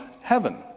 heaven